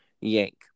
Yank